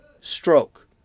stroke